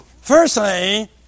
Firstly